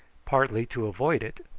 partly to avoid it,